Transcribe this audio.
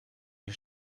die